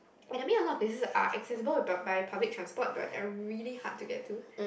and I mean a lot of places are accessible by by public transport but are really hard to get to